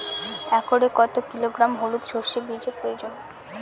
একরে কত কিলোগ্রাম হলুদ সরষে বীজের প্রয়োজন?